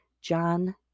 John